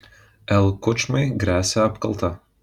l kučmai gresia apkalta